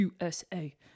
USA